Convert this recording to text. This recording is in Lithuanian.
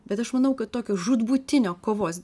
bet aš manau kad tokios žūtbūtinio kovos